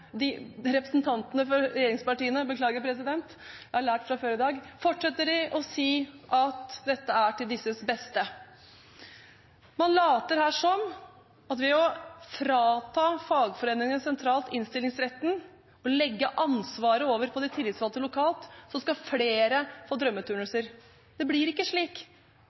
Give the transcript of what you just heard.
fortsetter representantene fra regjeringspartiene å si at dette er til disses beste. Man later her som at ved å frata fagforeningene sentralt innstillingsretten og legge ansvaret over på de tillitsvalgte lokalt skal flere få drømmeturnuser. Det blir ikke slik.